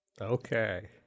Okay